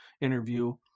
interview